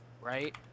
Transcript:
right